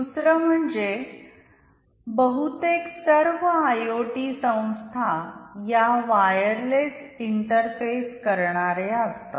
दुसरं म्हणजे बहुतेक सर्व आयओटी संस्था या वायरलेस इंटरफेसकरणाऱ्या असतात